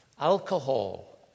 alcohol